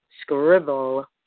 Scribble